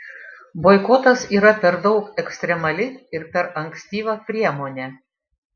boikotas yra per daug ekstremali ir per ankstyva priemonė